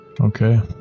Okay